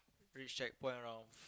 reach checkpoint around